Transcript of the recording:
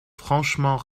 franchement